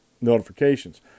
notifications